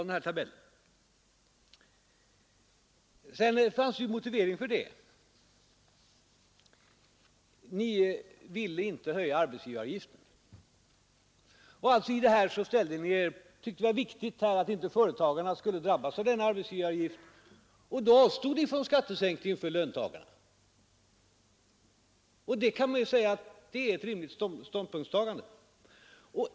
Det fanns en motivering härför. Ni ville nämligen inte höja arbetsgivaravgiften. Ni tyckte det var viktigt att företagarna inte drabbades av derna arbetsgivaravgift och avstod därför från en skattesänkning för löntagarna. Det kan man säga är ett rimligt ståndpunktstagande ur era synpunkter.